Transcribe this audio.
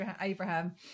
Abraham